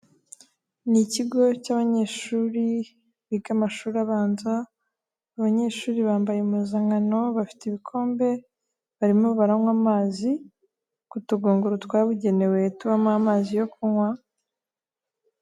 Ni ikigo cy'abanyeshuri biga amashuri abanza, abanyeshuri bambaye impuzankano bafite ibikombe, barimo baranywa amazi ku tugunguru twabugenewe tubamo amazi yo kunywa.